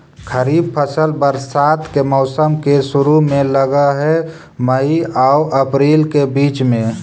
खरीफ फसल बरसात के मौसम के शुरु में लग हे, मई आऊ अपरील के बीच में